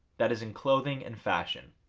that is in clothing and fashion.